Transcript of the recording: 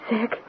sick